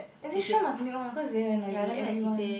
is it sure must mute one cause sure very noisy everyone